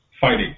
fighting